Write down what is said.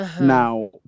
Now